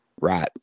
Right